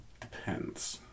depends